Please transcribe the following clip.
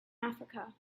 africa